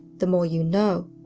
the more you know,